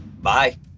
Bye